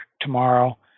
tomorrow